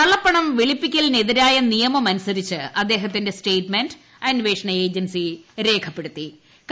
കള്ളപ്പണം വെളിപ്പിക്കലിനെതിരായ നിയമം അനുസരിച്ച് ഇദ്ദേഹത്തിന്റെ സ്റ്റേറ്റ്മെന്റ് അന്വേഷണ ഏജൻസി റിക്കോർഡ് ചെയ്തു